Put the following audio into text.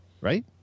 Right